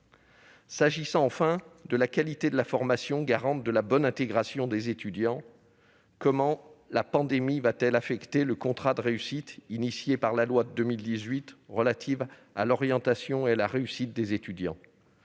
qui est, enfin, de la qualité de la formation, garante de la bonne intégration des étudiants, comment la pandémie va-t-elle affecter le « contrat de réussite » créé par la loi de 2018 relative à l'orientation et à la réussite des étudiants ?